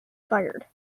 fired